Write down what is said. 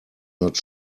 not